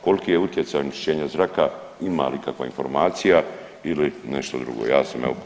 Koliki je utjecaj onečišćenja zraka, ima li kakva informacija ili nešto drugo? [[Upadica: Poštovani zastupnik Šašlin.]] Ja sam, evo,